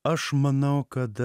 aš manau kad